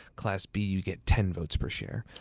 class b you get ten votes per share.